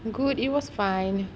good it was fine